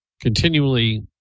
continually